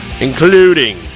including